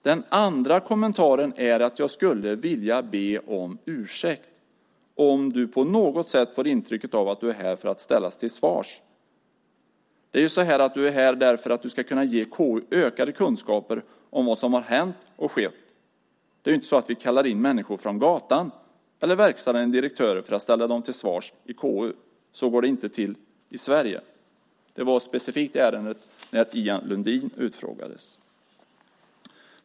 Den andra kommentaren är att jag skulle vilja be om ursäkt om du på något sätt får intrycket av att du är här för att ställas till svars. Det är så här att du är här därför att du ska kunna ge KU ökade kunskaper om vad som har hänt och skett. Det är inte så att vi kallar in människor från gatan eller verkställande direktörer för att ställa dem till svars i KU. Så går det inte till i Sverige." Detta var från det specifika ärende då Ian Lundin utfrågades.